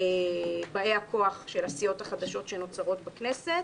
באי הכוח של הסיעות החדשות שנוצרות בכנסת.